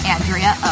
Andrea